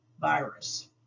virus